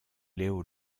léo